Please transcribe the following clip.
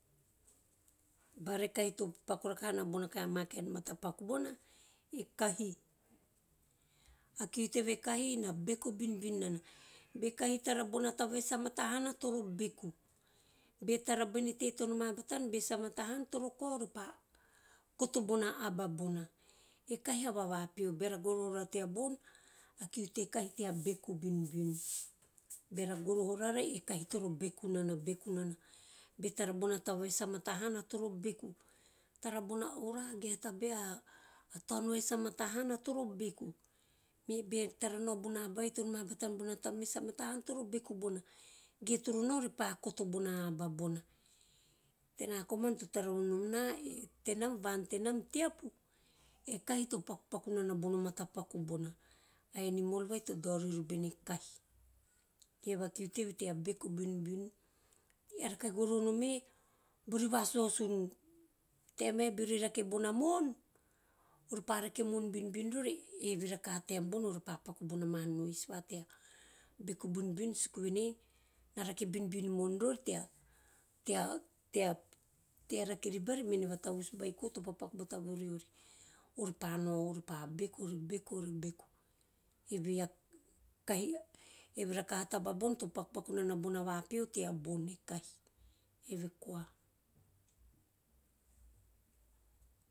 Bara e kahi to pakupaku rakaha nana bona ma kaen matapak bona e kahi. A kiu teve kahi na beku binbin nana be kahi tara bona taba vai sa mata hana toro beku be tara bene teie to noma batana sa mata hana toro kao ore pa koto bona aba bona, e kahi a vavapio beara goroho rara teabon a kiu te kahi tea beku binbin, beara goroho rara e kahi toro beku nana - beku nana te tara bona taba vai sa mata hana toro beku, be tara bona taba vai sa mata hana toro beku, be tora bona ora ge a tabae a to`on vai sa mata hana toro peku, be tara nao bona aba vai to noma batana me bona taba vai sa mata hana toro beku bona ge toro nao ore pa koto bona aba bona. Ena komana to tara vonom na, tenam van tenam teapu e kahi to pakupaku nana bono matapaku bona a animol vai to dao riori bene kahi, eve a kiu teve tea beku binbin, eara kahi, eve a kiu teve tea beku binbin, eara kahi gorohonom me beori pa rake mo`on binbin rovi eve rakaha taem bona ore pa paku bona ma va tea beku binbin suku venei na rake binbin mo`on rori tea - tea- tea rake ri bari tea vatavus beiko to pakupaku bata vo riori. Ore pa nao ore beku - ore beku - ore beku eve a kahi, eve rakaha taba bona to pakupaku nana bona vapio teabon e kahi, eve koa.